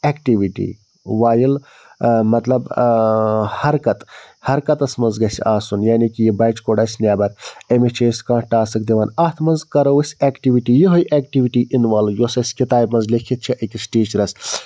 activity while آ مطلب حَرکَت حرکَتَس منٛز گَژھِ آسُن یعنے کہِ یہِ بَچہِ کوٚڑ اَسہِ نٮ۪بر أمِس چھِ أسۍ کانٛہہ ٹاسٕک دِوان اَتھ منٛز کَرو أسۍ ایٚکٹیٛوٗٹی یِہَے ایٚکٹیٛوٗٹی اِنوالو یۄس اَسہِ کِتابہِ منٛز لیٚکھِتھ چھِ أکِس ٹیٖچرَس